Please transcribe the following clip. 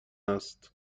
است